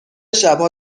شبها